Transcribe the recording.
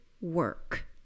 work